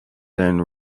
than